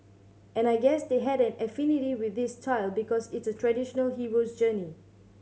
and I guess they had an affinity with this style because it's a traditional hero's journey